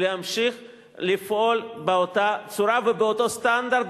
להמשיך לפעול באותה צורה ובאותו סטנדרט